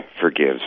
forgives